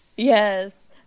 Yes